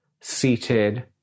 seated